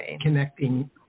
connecting